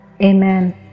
Amen